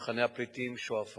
מחנה הפליטים שועפאט,